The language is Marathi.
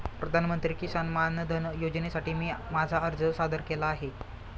प्रधानमंत्री किसान मानधन योजनेसाठी मी माझा अर्ज सादर केला आहे